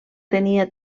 tenia